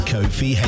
Kofi